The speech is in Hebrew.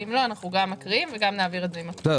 ואם לא אנחנו גם מקריאים וגם נעביר את זה עם התוכנית.